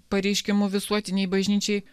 pareiškimu visuotinei bažnyčiai